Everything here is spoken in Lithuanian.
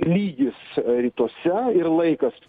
lygis rytuose ir laikas